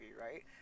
right